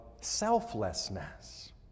selflessness